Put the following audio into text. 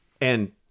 And-